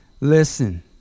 Listen